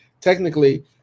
technically